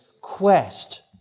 quest